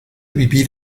vivir